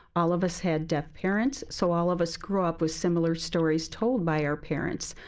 all of us had deaf parents, so all of us grew up with similar stories told by our parents.